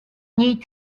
need